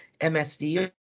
MSD